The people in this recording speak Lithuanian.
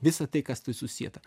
visa tai kas tai susieta